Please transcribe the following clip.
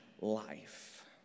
life